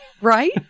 Right